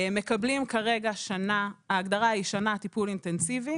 כרגע מקבלים שנה, ההגדרה היא שנה טיפול אינטנסיבי